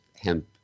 hemp